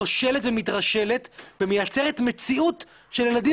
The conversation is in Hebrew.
כושלת ומתרשלת ומייצרת מציאות של ילדים